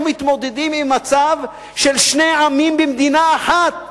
מתמודדים עם מצב של שני עמים במדינה אחת.